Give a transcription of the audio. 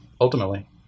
ultimately